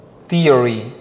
theory